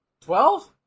Twelve